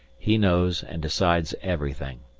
he knows and decides everything.